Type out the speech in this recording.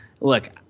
look